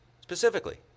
Specifically